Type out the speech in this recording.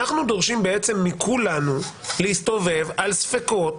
אנחנו דורשים מכולנו להסתובב עם ספקות.